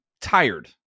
tired